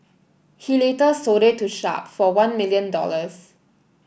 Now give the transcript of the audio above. he later sold it to Sharp for one million dollars